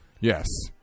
Yes